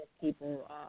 people